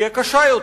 תהיה קשה יותר,